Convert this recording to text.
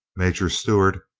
major stewart,